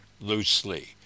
loosely